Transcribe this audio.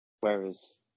whereas